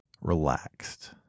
relaxed